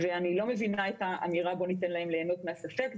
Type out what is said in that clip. אני לא מבינה את האמירה בוא ניתן להם ליהנות מהספק.